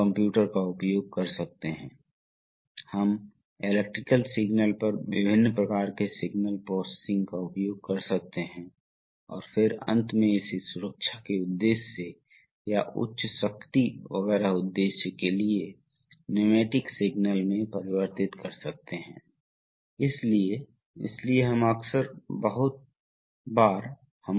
तो अब क्या लेकिन दुर्भाग्य से इसलिए अब यह इस तरह से बहने की कोशिश करता है लेकिन यह है यह दबाव अब है इसलिए अब आप फिर से देखते हैं कि यह पोर्ट वास्तव में ऐसा है इसलिए चेक वाल्व पर विरोधी बल पूर्ण पंप दबाव है